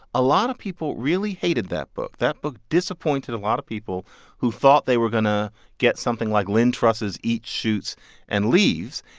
a lot of people really hated that book. that book disappointed a lot of people who thought they were going to get something like lynne truss' eats, shoots and leaves.